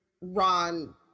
Ron